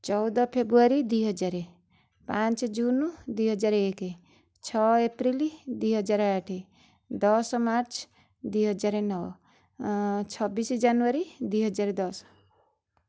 ଚଉଦ ଫେବୃୟାରୀ ଦୁଇହଜାର ପାଞ୍ଚ ଜୁନ ଦୁଇହଜାର ଏକ ଛଅ ଏପ୍ରିଲ ଦୁଇହଜାର ଆଠ ଦଶ ମାର୍ଚ୍ଚ ଦୁଇହଜାର ନଅ ଛବିଶ ଜାନୁଆରୀ ଦୁଇହଜାର ଦଶ